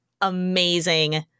amazing